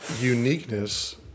uniqueness